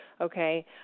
Okay